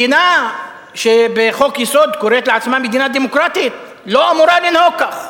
מדינה שבחוק-יסוד קוראת לעצמה מדינה דמוקרטית לא אמורה לנהוג כך.